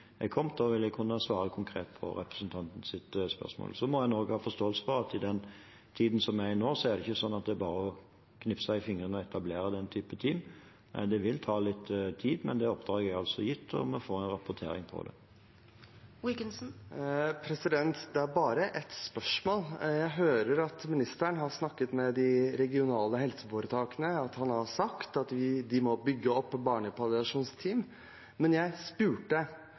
er kommet, vil jeg kunne svare konkret på representantens spørsmål. Så må en også ha forståelse for at i den tiden som vi er i nå, er det ikke sånn at det bare er å knipse i fingrene og etablere den typen team. Det vil ta litt tid. Men det oppdraget er altså gitt, og vi får en rapportering på det. Det er bare et spørsmål. Jeg hører at ministeren har snakket med de regionale helseforetakene, at han har sagt at de må bygge opp barnepalliasjonsteam. Men jeg spurte: